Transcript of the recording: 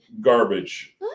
garbage